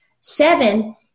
Seven